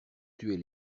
tuer